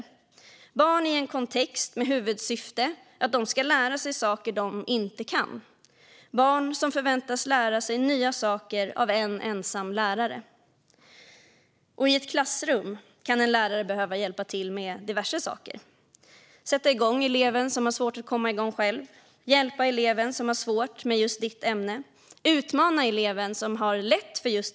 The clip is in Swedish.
De är barn i en kontext med huvudsyfte att de ska lära sig saker de inte kan - barn som förväntas lära sig nya saker av en ensam lärare. I ett klassrum kan en lärare behöva hjälpa till med diverse saker. Det kan handla om att sätta igång eleven som har svårt att komma igång själv. Det kan handla om att hjälpa eleven som har svårt med ämnet eller att utmana eleven som har lätt för ämnet.